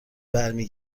برمی